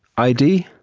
id?